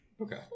Okay